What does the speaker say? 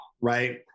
right